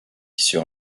sur